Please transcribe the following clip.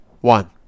one